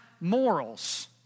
morals